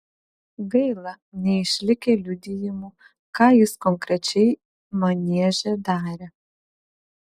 gaila neišlikę liudijimų ką jis konkrečiai manieže darė